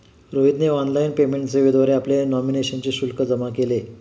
रोहितने online payment सेवेद्वारे आपली नॉमिनेशनचे शुल्क जमा केले